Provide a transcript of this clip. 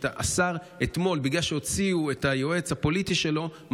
בגלל שהוציאו את היועץ הפוליטי שלו,